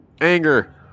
anger